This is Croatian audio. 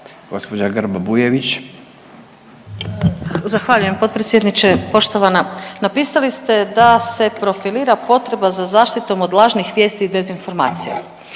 Maja (HDZ)** Zahvaljujem potpredsjedniče. Poštovana, napisali ste da se profilira potreba za zaštitom od lažnih vijesti i dezinformacija.